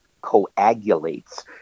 coagulates